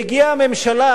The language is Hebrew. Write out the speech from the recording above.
והגיעה הממשלה,